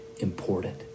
important